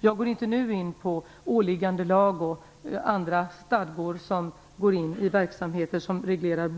Jag går inte nu in på åliggandelag och andra stadgar som går in och reglerar